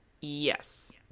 Yes